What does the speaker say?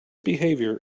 behavior